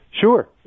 Sure